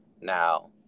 Now